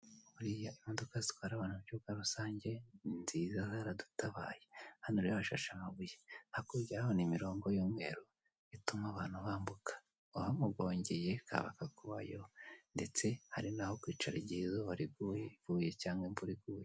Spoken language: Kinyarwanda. Buriya imodoka abantu mu buryo rusange ni nziza zaradutabaye, hano rero hashashe amabuye hakurya yaho ni imirongo y'umweru ituma abantu bambuka, uhamugongeye kaba kakubayeho ndetse hari naho kwicara igiye izuba rivuye cyangwa imvura iguye.